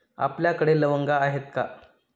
आपल्याकडे लवंगा आहेत का?